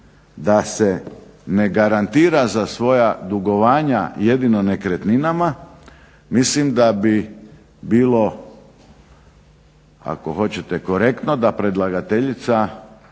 da se ne garantira za svoja dugovanja jedino nekretninama mislim da bi bilo ako hoćete korektno da predlagateljica